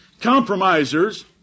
Compromisers